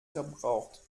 verbraucht